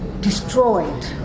destroyed